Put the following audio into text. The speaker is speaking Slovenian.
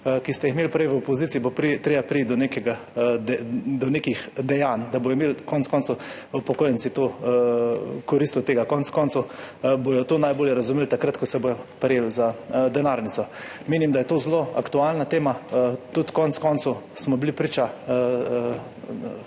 ki ste jih imeli prej v opoziciji, bo treba priti do nekih dejanj, da bodo imeli konec koncev upokojenci korist od tega. Konec koncev bodo to najbolje razumeli takrat, ko se bodo prijeli za denarnico. Menim, da je to zelo aktualna tema, konec koncev smo bili priča